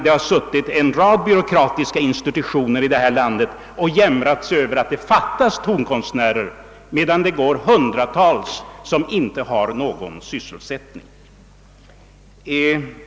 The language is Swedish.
Det har suttit en rad byråkratiska institutioner i detta land och jämrat sig över att det har fattats tonkonstnärer, när det i själva verket finns hundratals som inte har någon sysselsättning.